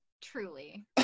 truly